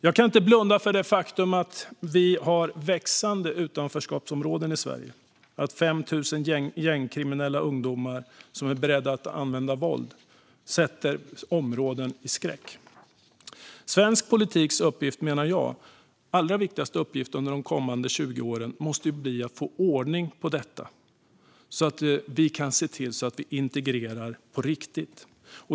Jag kan inte blunda för det faktum att vi har växande utanförskapsområden i Sverige och att 5 000 gängkriminella ungdomar som är beredda att använda våld sätter områden i skräck. Svensk politiks allra viktigaste uppgift under de kommande 20 åren måste bli att få ordning på detta, så att vi kan integrera på riktigt.